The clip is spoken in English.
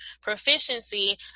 proficiency